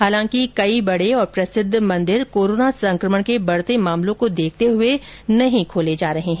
हलांकि कई बडे और प्रसिद्ध मंदिर कोरोना संकमण के बढते मामलों को देखते हुए नहीं खोले जा रहे है